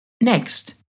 Next